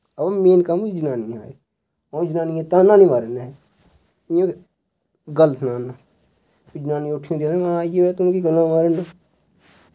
अवा मेन कम्म ऐ जनानियां अऊं जनानियें ताह्न्ना नि मारदियां ऐं इयां गल्ल सना ना जनानी उठी नी जा तूं ता मायवेआ गल्लां मारा ना